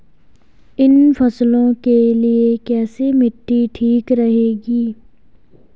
इन फसलों के लिए कैसी मिट्टी ठीक रहेगी?